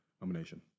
nomination